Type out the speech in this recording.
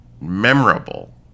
Memorable